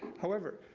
however,